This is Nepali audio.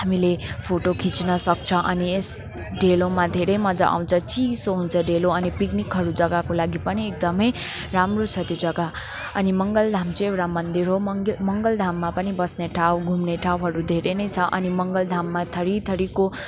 हामीले फोटो खिच्न सक्छ अनि यस डेलोमा धेरै मज्जा आउँछ चिसो हुन्छ डेलो अनि पिकनिकहरू जग्गाको लागि पनि एकदमै राम्रो छ त्यो जग्गा अनि मङ्गलधाम चाहिँ एउटा मन्दिर हो मङ्गल मङ्गलधाममा पनि बस्ने ठाउँ घुम्ने ठाउँहरू धेरै नै छ अनि मङ्गलधाममा थरी थरीको